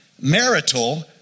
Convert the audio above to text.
marital